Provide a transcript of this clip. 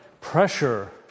pressure